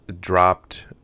dropped